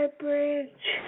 bridge